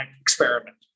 experiment